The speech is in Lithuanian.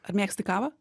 ar mėgsti kavą